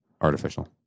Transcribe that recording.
artificial